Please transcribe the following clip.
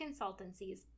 consultancies